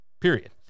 period